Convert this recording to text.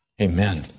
Amen